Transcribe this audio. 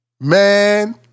Man